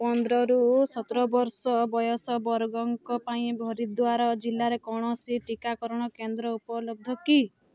ପନ୍ଦରରୁ ସତର ବର୍ଷ ବୟସ ବର୍ଗଙ୍କ ପାଇଁ ଭରିଦ୍ଵାର ଜିଲ୍ଲାରେ କୌଣସି ଟିକାକରଣ କେନ୍ଦ୍ର ଉପଲବ୍ଧ କି